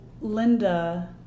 Linda